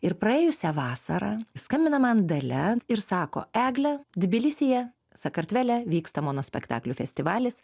ir praėjusią vasarą skambina man dalia ir sako egle tbilisyje sakartvele vyksta monospektaklių festivalis